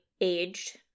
aged